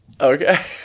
Okay